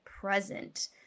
present